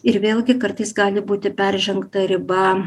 ir vėlgi kartais gali būti peržengta riba